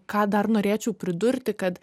ką dar norėčiau pridurti kad